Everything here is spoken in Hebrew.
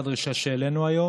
זו הדרישה שהעלינו היום,